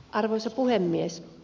arvoisa puhemies